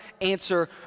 answer